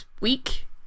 week